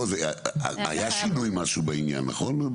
לא, היה שינוי משהו בעניין, נכון?